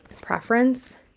preference